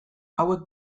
hauek